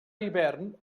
hivern